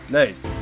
nice